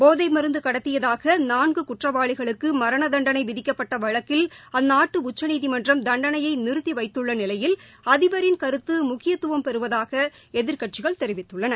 போதைமருந்துகடத்தியதாகநான்குகுற்றவாளிகளுக்குமரணதண்டனைவிதிக்கப்பட்டவழக்கில் அழ்நாட்டுஉச்சநீதிமன்றம் தண்டனையைநிறுத்திவைத்துள்ளநிலையில் அதிபரின் கருத்துமுக்கியத்துவம் பெறுவதாகஎதிர்க்கட்சிகள் தெரிவித்துள்ளன